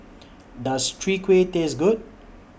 Does Chwee Kueh Taste Good